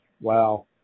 wow